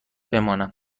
بمانم